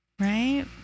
Right